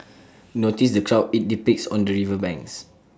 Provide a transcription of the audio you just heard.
notice the crowd IT depicts on the river banks